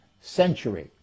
century